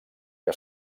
que